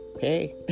hey